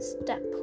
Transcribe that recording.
step